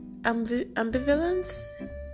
Ambivalence